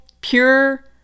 pure